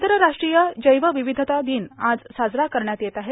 आंतरराष्ट्रीय जैवविविधता दिन आज साजरा करण्यात येत आहे